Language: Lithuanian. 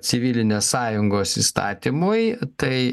civilinės sąjungos įstatymui tai